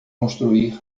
construir